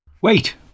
Wait